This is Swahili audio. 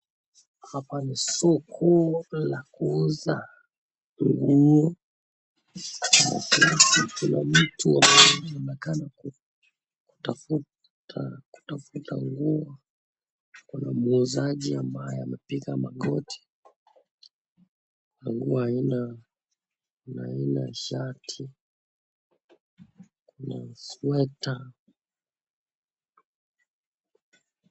Hapa ni soko la kuuza nguo. Kuna mteja kuna mtu ambaye anaonekana kutafuta kutafuta nguo. Kuna muuzaji ambaye amepiga magoti. Nguo aina ina aina ya shati kuna sweta .